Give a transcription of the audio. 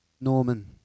Norman